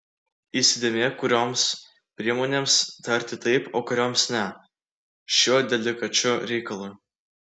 įsidėmėk kurioms priemonėms tarti taip o kurioms ne šiuo delikačiu reikalu